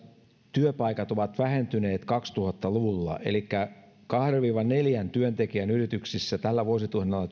työpaikat ovat vähentyneet kaksituhatta luvulla elikkä kahden viiva neljän työntekijän yrityksissä tällä vuosituhannella